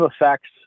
effects